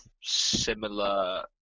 similar